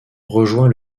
rejoint